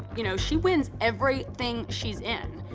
you know, she wins everything she's in,